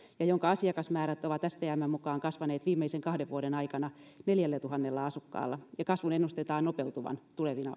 ja jonka asiakasmäärät ovat stmn mukaan kasvaneet viimeisen kahden vuoden aikana neljällätuhannella asiakkaalla ja kasvun ennustetaan nopeutuvan tulevina